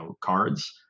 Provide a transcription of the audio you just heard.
cards